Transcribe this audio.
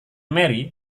mary